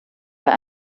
bei